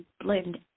blend